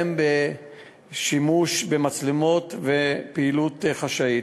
בהן שימוש במצלמות ופעילות חשאית.